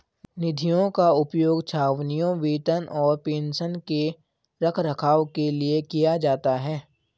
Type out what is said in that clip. निधियों का उपयोग छावनियों, वेतन और पेंशन के रखरखाव के लिए किया जाता है